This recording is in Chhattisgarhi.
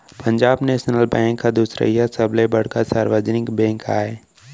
पंजाब नेसनल बेंक ह दुसरइया सबले बड़का सार्वजनिक बेंक आय